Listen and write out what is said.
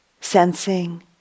sensing